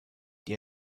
die